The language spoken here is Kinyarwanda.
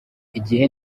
igihe